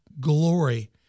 glory